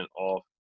off